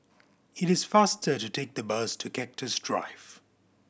it is faster to take the bus to Cactus Drive